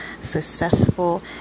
successful